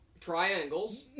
Triangles